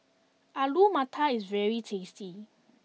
Alu Matar is very tasty